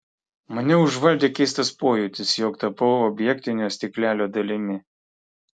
mane užvaldė keistas pojūtis jog tapau objektinio stiklelio dalimi